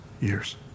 years